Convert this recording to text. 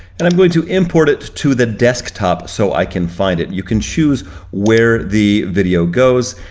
and i'm going to import it to the desktop so i can find it. you can choose where the video goes.